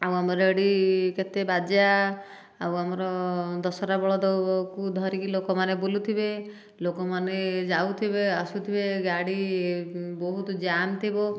ଆଉ ଆମର ଏଇଠି କେତେ ବାଜା ଆଉ ଆମର ଦଶହରା ବଳଦକୁ ଧରିକି ଲୋକମାନେ ବୁଲୁଥିବେ ଲୋକମାନେ ଯାଉଥିବେ ଆସୁଥିବେ ଗାଡ଼ି ବହୁତ ଯାମ୍ ଥିବ